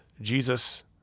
Jesus